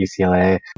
UCLA